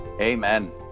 Amen